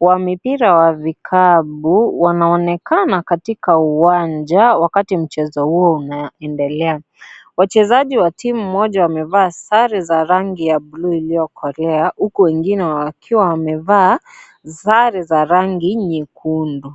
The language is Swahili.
wa mipira wa vikapu wanaonekana katika uwanja wakati wa michezo huo unaendelea. Wachezaji wa timu moja wamevaa sare za rangi ya blue iliyokolea uko wengine wamevaa sare za rangi nyekundu.